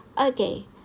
okay